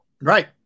Right